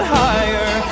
higher